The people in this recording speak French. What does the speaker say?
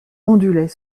ondulait